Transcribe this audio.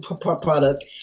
product